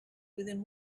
within